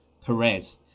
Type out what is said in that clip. perez